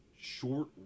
short